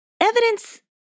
Evidence